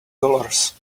dollars